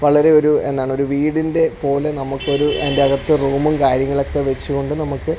വളരെ ഒരു എന്താണ് ഒരു വീടിൻ്റെ പോലെ നമുക്ക് ഒരു അതിൻ്റെ അകത്ത് റൂമും കാര്യങ്ങളൊക്കെ വച്ചുകൊണ്ട് നമുക്ക്